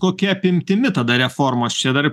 kokia apimtimi tada reformos čia dar